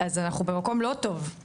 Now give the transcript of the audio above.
אז אנחנו במקום לא טוב,